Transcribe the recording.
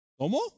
¿Cómo